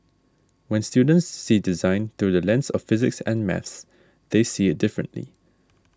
when students see design through the lens of physics and maths they see it differently